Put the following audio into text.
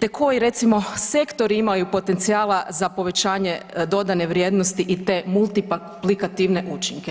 te koji recimo sektor imaju potencijala za povećanje dodane vrijednosti i te multiplikativne učinke.